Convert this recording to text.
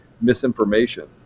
misinformation